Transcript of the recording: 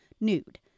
Nude